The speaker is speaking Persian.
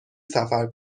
سفر